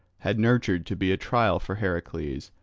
had nurtured to be a trial for heracles.